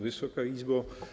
Wysoka Izbo!